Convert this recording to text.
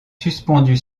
suspendu